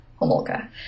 Homolka